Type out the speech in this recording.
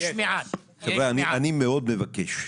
אני מאוד מבקש,